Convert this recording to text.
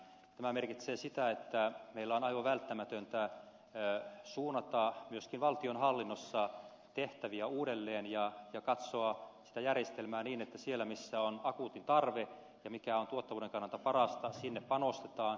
tämä merkitsee sitä että meillä on aivan välttämätöntä suunnata myöskin valtionhallinnossa tehtäviä uudelleen ja katsoa sitä järjestelmää niin että sinne missä on akuutti tarve ja missä se on tuottavuuden kannalta parasta panostetaan